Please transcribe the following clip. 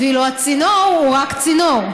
ואילו הצינור הוא רק צינור.